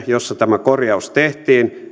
jossa tämä korjaus tehtiin